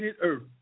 earth